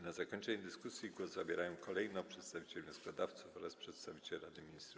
Na zakończenie dyskusji głos zabierają kolejno przedstawiciele wnioskodawców oraz przedstawiciel Rady Ministrów.